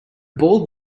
bald